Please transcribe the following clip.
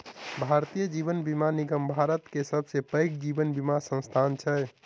भारतीय जीवन बीमा निगम भारत के सबसे पैघ जीवन बीमा संस्थान छै